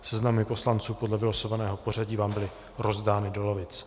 Seznamy poslanců podle vylosovaného pořadí vám byly rozdány do lavic.